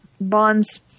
bonds